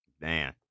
Man